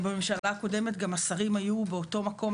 בממשלה הקודמת גם השרים היו באותו מקום.